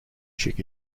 chick